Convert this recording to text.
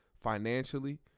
financially